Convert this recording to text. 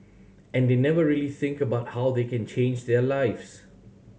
and they never really think about how they can change their lives